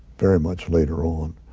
very much later on.